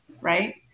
right